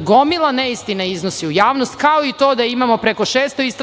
gomila neistina iznosi u javnost, kao i to da imamo preko 600 istražnih